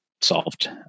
solved